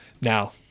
now